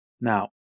Now